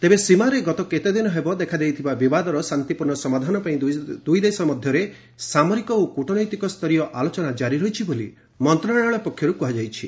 ତେବେ ସୀମାରେ ଗତ କେତେଦିନ ହେବ ଦେଖାଯାଇଥିବା ବିବାଦର ଶାନ୍ତିପୂର୍ଣ୍ଣ ସମାଧାନ ପାଇଁ ଦୁଇଦେଶ ମଧ୍ୟରେ ସାମରିକ ଓ କୁଟନୈତିକ ସ୍ତରୀୟ ଆଲୋଚନା ଜାରିରହିଛି ବୋଲି ମନ୍ତ୍ରଣାଳୟ ପକ୍ଷରୁ କୁହାଯାଇଛି